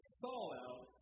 fallout